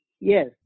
yes